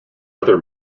other